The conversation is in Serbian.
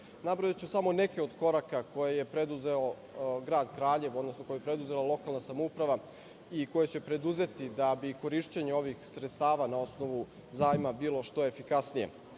Nabrojaću samo neke od koraka koje je preduzeo Grad Kraljevo, odnosno lokalna samouprava i koje je će preduzeti da bi korišćenje ovih sredstava na osnovu zajma bilo što efikasnije. Lokalna